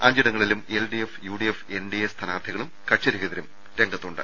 അഞ്ചിടങ്ങളിലും L D F U D F N D A സ്ഥാനാർത്ഥികളും കക്ഷിരഹി തരും രംഗത്തുണ്ട്